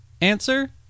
Answer